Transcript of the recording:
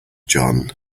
john